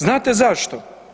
Znate zašto?